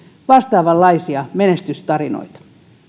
vastaavanlaisia menestystarinoita